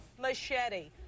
Machete